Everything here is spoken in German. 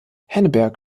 henneberg